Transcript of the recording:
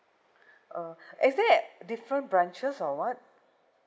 uh is there different branches or what